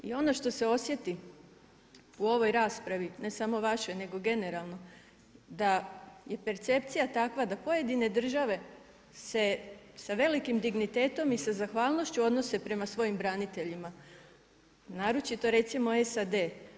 I ono što se osjeti u ovoj raspravi ne samo vašoj nego generalno, da je percepcija takva da pojedine države se sa velikim dignitetom i sa zahvalnošću odnose prema svojim braniteljima naročito recimo SAD.